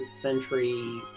century